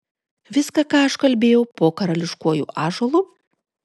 viską ką aš kalbėjau po karališkuoju ąžuolu